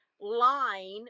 line